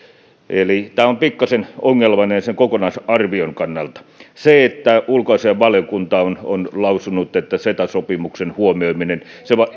eli tämä on pikkasen ongelmallinen sen kokonaisarvion kannalta se että ulkoasiainvaliokunta on on lausunut että ceta sopimuksen huomioiminen